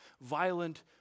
violent